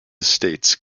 estates